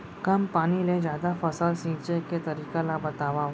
कम पानी ले जादा फसल सींचे के तरीका ला बतावव?